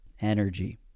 Energy